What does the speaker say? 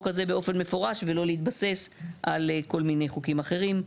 הזה באופן מפורש ולא להתבסס על כל מיני חוקים אחרים.